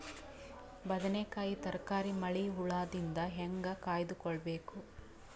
ಬದನೆಕಾಯಿ ತರಕಾರಿ ಮಳಿ ಹುಳಾದಿಂದ ಹೇಂಗ ಕಾಯ್ದುಕೊಬೇಕು?